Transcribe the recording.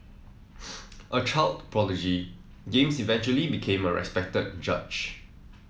a child prodigy James eventually became a respected judge